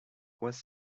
was